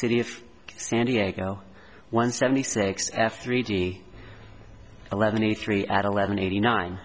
city of san diego one seventy six f three d eleven e three at eleven eighty nine